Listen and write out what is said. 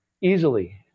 easily